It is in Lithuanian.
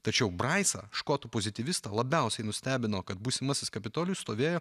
tačiau braisą škotų pozityvistą labiausiai nustebino kad būsimasis kapitolijus stovėjo